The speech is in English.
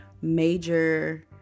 major